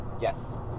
Yes